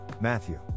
matthew